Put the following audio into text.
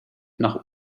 noch